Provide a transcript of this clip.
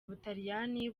ubutaliyani